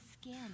skin